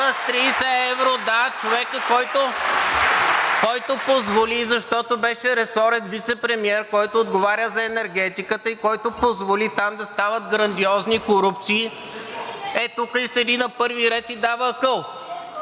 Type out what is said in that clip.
С 30 евро – да, човекът, който позволи, защото беше ресорен вицепремиер, който отговаря за енергетиката, и който позволи там да стават грандиозни корупции. Ето, тук е – седи на първия ред и дава акъл.